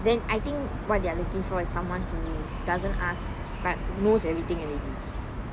then I think what they are looking for is someone who doesn't ask like knows everything already